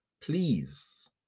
Please